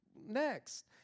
Next